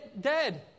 dead